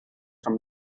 from